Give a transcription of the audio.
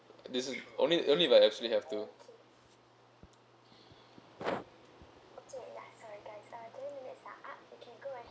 this is only only if I actually have to